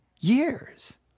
years